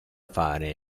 fare